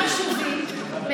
היום אותם יישובים,